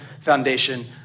foundation